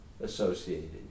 associated